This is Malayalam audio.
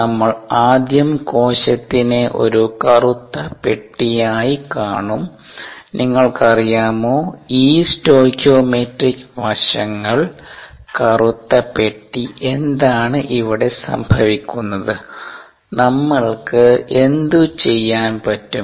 നമ്മൾ ആദ്യം കോശത്തിനെ ഒരു കറുത്ത പെട്ടിയായി കാണും നിങ്ങൾക്കറിയാമോ ഈ സ്റ്റൈക്കിയോമെട്രിക് വശങ്ങൾ കറുത്ത പെട്ടി എന്താണ് ഇവിടെ സംഭവിക്കുന്നത് നമ്മൾക്ക് എന്തുചെയ്യാൻ പറ്റും